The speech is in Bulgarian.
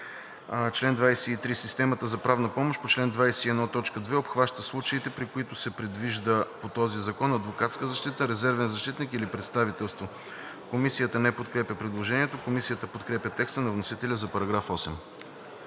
„Чл. 23. Системата за правна помощ по чл. 21, т. 2 обхваща случаите, при които се предвижда по този закон адвокатска защита, резервен защитник или представителство.“ Комисията не подкрепя предложението. Комисията подкрепя текста на вносителя за § 8.